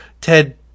Ted